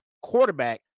quarterback